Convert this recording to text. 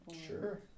Sure